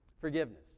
Forgiveness